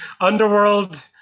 Underworld